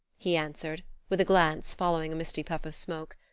he answered, with a glance following a misty puff of smoke.